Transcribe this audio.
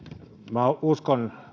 minä uskon